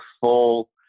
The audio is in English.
full